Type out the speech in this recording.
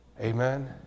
Amen